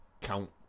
count